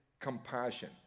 compassion